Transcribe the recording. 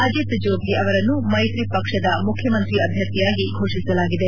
ಅಜಿತ್ ಜೋಗಿ ಅವರನ್ನು ಮೈತ್ರಿ ಪಕ್ಷದ ಮುಖ್ಯಮಂತ್ರಿ ಅಭ್ಯರ್ಥಿಯಾಗಿ ಘೋಷಿಸಲಾಗಿದೆ